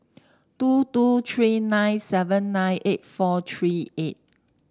two two three nine seven nine eight four three eight